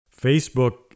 Facebook